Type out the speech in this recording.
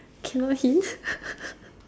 cannot hint